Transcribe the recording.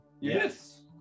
Yes